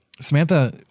Samantha